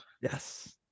yes